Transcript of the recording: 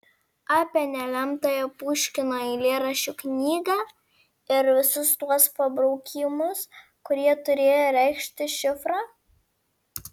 apie nelemtąją puškino eilėraščių knygą ir visus tuos pabraukymus kurie turėję reikšti šifrą